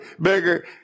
bigger